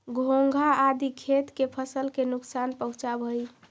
घोंघा आदि खेत के फसल के नुकसान पहुँचावऽ हई